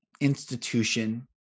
institution